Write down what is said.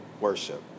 worship